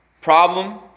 problem